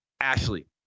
Ashley